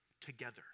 together